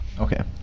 Okay